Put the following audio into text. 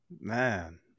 man